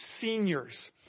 seniors